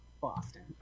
Boston